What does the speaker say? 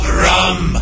rum